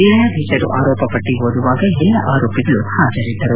ನ್ನಾಯಾಧೀಶರು ಆರೋಪಪಟ್ಟಿ ಓದುವಾಗ ಎಲ್ಲ ಆರೋಪಿಗಳು ಹಾಜರಿದ್ದರು